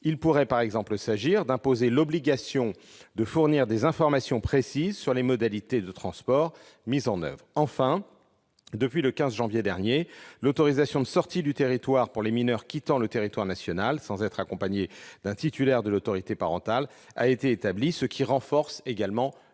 Il pourrait par exemple s'agir d'imposer l'obligation de fournir des informations précises sur les modalités de transport mises en oeuvre. Enfin, depuis le 15 janvier dernier, l'autorisation de sortie du territoire pour les mineurs quittant le territoire national sans être accompagnés d'un titulaire de l'autorité parentale a été établie, ce qui renforce également leur